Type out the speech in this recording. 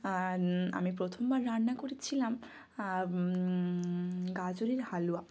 আর আমি প্রথমবার রান্না করেছিলাম গাজরের হালুয়া